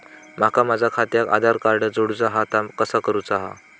माका माझा खात्याक आधार कार्ड जोडूचा हा ता कसा करुचा हा?